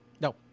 No